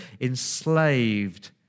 enslaved